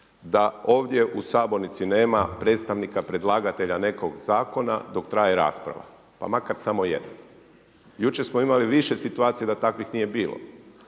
da ovdje u sabornici nema predstavnika predlagatelja nekog zakona dok traje rasprava, pa makar samo jednog. Jučer smo imali više situacija da takvih nije bilo.